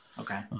Okay